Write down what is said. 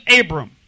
Abram